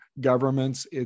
governments